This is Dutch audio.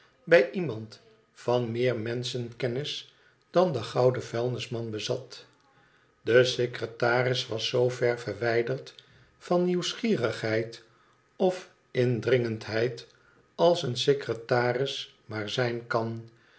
bij iemand van meer menschenkennis dan de gouden vuilnisman bezat de secretaris was zoo ver verwijderd van nieuwsgierigheid of indringendheid als een secretaris maar zijn kan